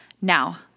Now